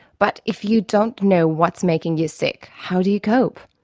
but if you don't know what's making you sick, how do you cope?